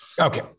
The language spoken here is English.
Okay